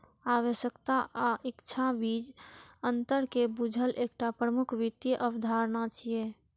आवश्यकता आ इच्छाक बीचक अंतर कें बूझब एकटा प्रमुख वित्तीय अवधारणा छियै